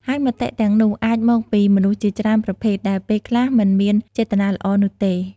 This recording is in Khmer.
ហើយមតិទាំងនោះអាចមកពីមនុស្សជាច្រើនប្រភេទ ដែលពេលខ្លះមិនមានចេតនាល្អនោះទេ។